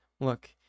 Look